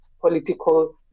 political